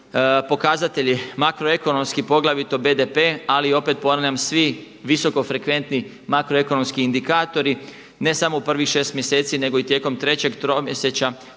pokazatelji, makroekonomski poglavito BDP ali i opet ponavljam svi visoko frekventni makroekonomski indikatori, ne samo u prvih 6 mjeseci nego i tijekom trećeg tromjesečja